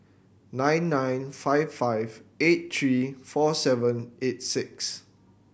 nine nine five five eight three four seven eight six